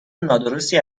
نادرستی